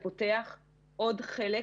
אבל ברגע שהתגבשה איזה שהיא החלטה,